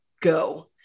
Go